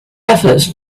efforts